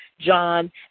John